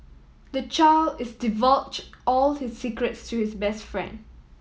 the child is divulged all his secrets to his best friend